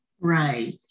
Right